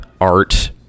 art